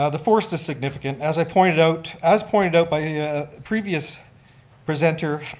ah the forest is significant, as i pointed out, as pointed out by a previous presenter,